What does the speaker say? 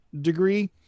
degree